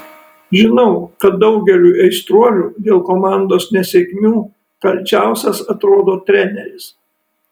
žinau kad daugeliui aistruolių dėl komandos nesėkmių kalčiausias atrodo treneris